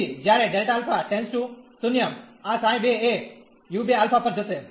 તેથી જ્યારે Δ α → 0આ ξ2 એ u2α પર જશે